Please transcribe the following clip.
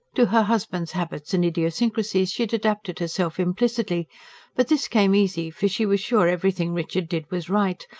to her husband's habits and idiosyncrasies she had adapted herself implicitly but this came easy for she was sure everything richard did was right,